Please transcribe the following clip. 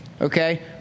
Okay